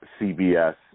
CBS